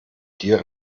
dir